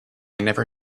never